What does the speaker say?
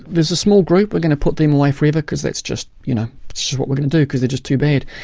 there's a small group. we're going to put them away forever because that's you know what we're going to do, because they're just too bad.